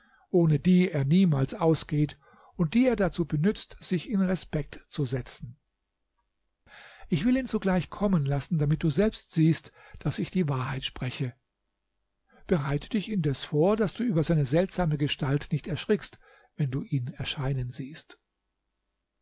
ohne die er niemals ausgeht und die er dazu benützt sich in respekt zu setzen ich will ihn sogleich kommen lassen damit du selbst siehst daß ich die wahrheit spreche bereite dich indes vor daß du über seine seltsame gestalt nicht erschrickst wenn du ihn erscheinen siehst